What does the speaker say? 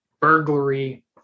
burglary